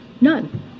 none